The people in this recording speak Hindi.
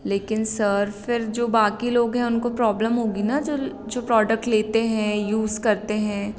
लेकिन सर फिर जो बाक़ी लोग हैं उनको प्रॉब्लम होगी ना जो जो प्रॉडक्ट लेते हैं यूज़ करते हैं